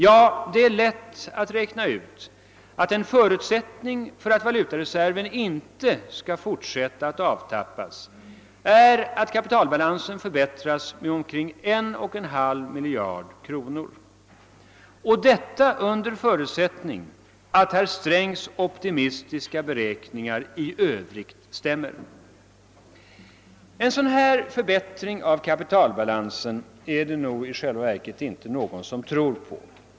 Ja, det är lätt att räkna ut att en förutsättning för att valutareserven inte skall fortsätta att avtappas är att kapitalbalansen förbättras med omkring 1,5 miljarder kronor — och under förutsättning att herr Strängs optimistiska beräkningar i övrigt stämmer. En sådan förbättring av kapitalbalansen är det emellertid i själva verket ingen som tror på.